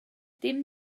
dim